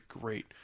great